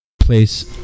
place